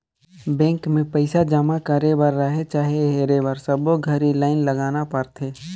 bank मे पइसा जमा करे बर रहें चाहे हेरे बर सबो घरी लाइन लगाना परथे